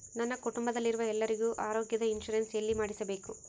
ನನ್ನ ಕುಟುಂಬದಲ್ಲಿರುವ ಎಲ್ಲರಿಗೂ ಆರೋಗ್ಯದ ಇನ್ಶೂರೆನ್ಸ್ ಎಲ್ಲಿ ಮಾಡಿಸಬೇಕು?